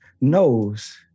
knows